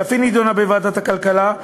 שאף היא נדונה בוועדת הכלכלה,